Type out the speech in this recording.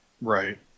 Right